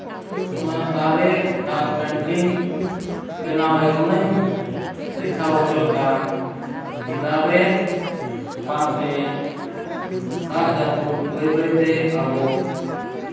ᱚᱱᱟ ᱫᱟᱨᱮ ᱫᱟᱜ ᱯᱮᱹᱱᱴᱤᱝ ᱵᱮᱱᱟᱣ ᱨᱮ ᱚᱱᱟᱧ ᱫᱮᱠᱷᱟᱣ ᱦᱚᱪᱚ ᱞᱮᱫᱼᱟ ᱫᱟᱨᱮ ᱵᱟᱝᱛᱮ ᱫᱟᱜ ᱡᱟᱹᱯᱩᱫ ᱵᱟᱹᱭ ᱵᱟᱹᱭ ᱛᱮ ᱟᱵᱚ